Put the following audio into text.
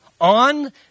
on